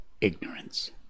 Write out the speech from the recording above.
ignorance